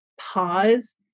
pause